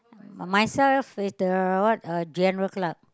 myself is the what uh general clerk